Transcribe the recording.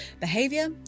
Behavior